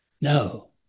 No